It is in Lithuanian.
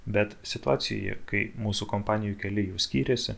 bet situacija kai mūsų kompanijoj keli jų skyrėsi